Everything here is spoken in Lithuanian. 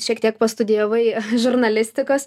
šiek tiek pastudijavai žurnalistikos